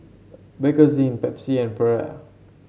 Bakerzin Pepsi and Perrier